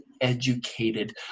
educated